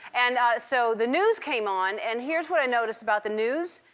and so the news came on, and here's what i noticed about the news.